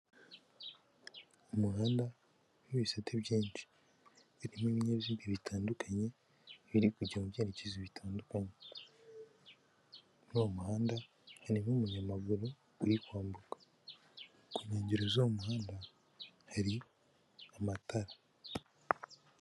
Umuhanda w'ibisate byinshi, ibi ni ibinyabiziga bitandukanye biri kujya mu byerekezo bitandukanye. Muri uwo muhanda harimo umunyamaguru uri kwambuka ,ku nkengero z'uwo muhanda hari amatara.